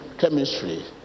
chemistry